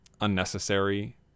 Unnecessary